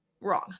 wrong